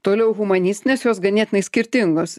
toliau humanistinės jos ganėtinai skirtingos